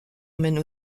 mène